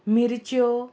मिर्च्यो